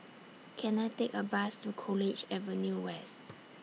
Can I Take A Bus to College Avenue West